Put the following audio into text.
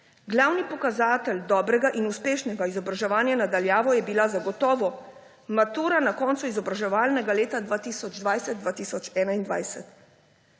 Glavni pokazatelj dobrega in uspešnega izobraževanja na daljavo je bila zagotovo matura na koncu izobraževalnega leta 2020/2021.